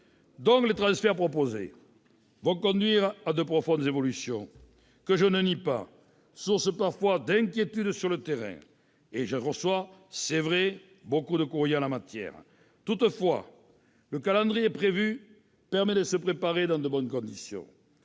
Les transferts proposés vont conduire à de profondes évolutions, je ne le nie pas, sources parfois d'inquiétudes sur le terrain. Je reçois de nombreux courriers qui en attestent. Toutefois, le calendrier prévu permet de se préparer dans de bonnes conditions.